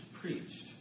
preached